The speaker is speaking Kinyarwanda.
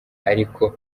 ariko